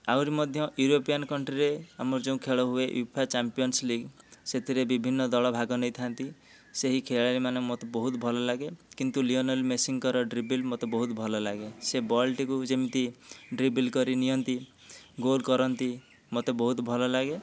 ଆହୁରି ମଧ୍ୟ ୟୁରୋପିଆନ୍ କଣ୍ଟ୍ରିରେ ଆମର ଯେଉଁ ଖେଳ ହୁଏ ଫିଫା ଚାମ୍ପିୟାନ୍ସ ଲିଗ୍ ସେଥିରେ ବିଭିନ୍ନ ଦଳ ଭାଗ ନେଇଥାନ୍ତି ସେହି ଖେଳାଳିମାନେ ମୋତେ ବହୁତ ଭଲଲାଗେ କିନ୍ତୁ ଲିଓନେଲ୍ ମେସିଙ୍କର ଡ୍ରିବିଲ୍ ମୋତେ ବହୁତ ଭଲଲାଗେ ସେ ବଲ୍ଟିକୁ ଯେମିତି ଡ୍ରିବିଲ୍ କରି ନିଅନ୍ତି ଗୋଲ୍ କରନ୍ତି ମୋତେ ବହୁତ ଭଲଲାଗେ